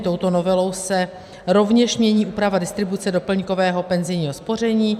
Touto novelou se rovněž mění úprava distribuce doplňkového penzijního spoření.